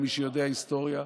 למי שיודע היסטוריה.